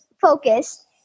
focus